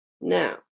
Now